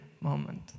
moment